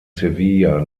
sevilla